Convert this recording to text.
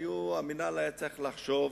המינהל היה צריך לחשוב,